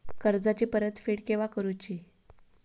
कर्जाची परत फेड केव्हा करुची?